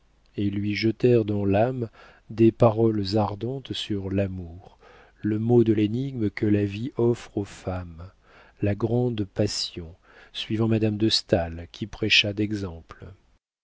et lui jetèrent dans l'âme des paroles ardentes sur l'amour le mot de l'énigme que la vie offre aux femmes la grande passion suivant madame de staël qui prêcha d'exemple